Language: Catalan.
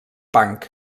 punk